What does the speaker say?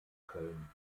köln